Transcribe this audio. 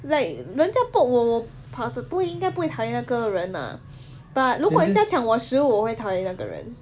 like 人家 我不会不会讨厌那个人啊 but 如果人家抢我食物我会讨厌那个人